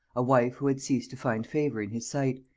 a wife who had ceased to find favor in his sight,